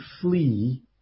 flee